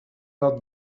not